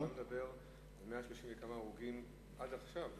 אתה מדבר על 134 הרוגים עד עכשיו.